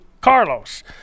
Carlos